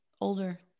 Older